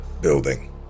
building